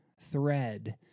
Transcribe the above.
thread